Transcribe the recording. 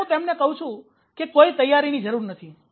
ત્યારે હું તેમને કહું છું કે કોઈ તૈયારી ની જરૂરી નથી